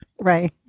Right